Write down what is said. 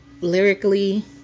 lyrically